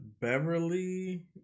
beverly